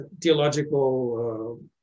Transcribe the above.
theological